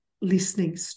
listening